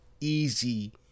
Easy